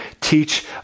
teach